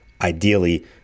ideally